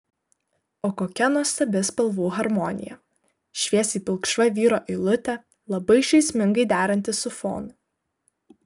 o kokia nuostabi spalvų harmonija šviesiai pilkšva vyro eilutė labai žaismingai deranti su fonu